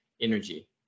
energy